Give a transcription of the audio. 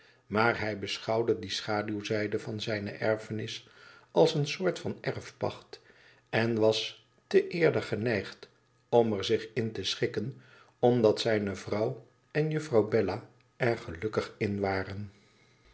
maar hij j beschouwde die schaduwzijde van zijne erfenis als een soort van erfpacht i en was te eerder geneigd om er zich in te schikken omdat zijne vrouw i en rafirouw bella er gelukkig in waren